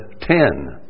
ten